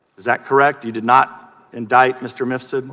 set correctly did not indict mr. mr.